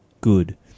good